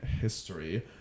history